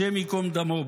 השם ייקום דמו.